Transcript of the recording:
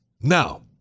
Now